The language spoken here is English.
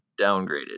Downgraded